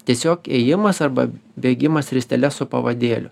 tiesiog ėjimas arba bėgimas ristele su pavadėliu